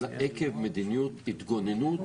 עקב מדיניות התגוננות,